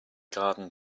garden